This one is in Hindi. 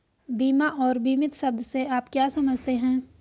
बीमा और बीमित शब्द से आप क्या समझते हैं?